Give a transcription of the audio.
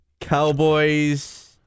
Cowboys